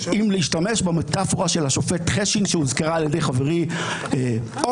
אם להשתמש במטאפורה של השופט חשין שהוזכרה על ידי חברי אורי,